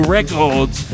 Records